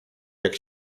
jak